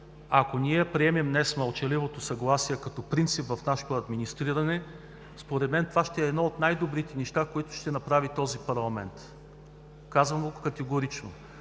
Ако днес приемем мълчаливото съгласие като принцип в нашето администриране, според мен това е едно от най-добрите неща, които ще направи този парламент. Казвам го категорично!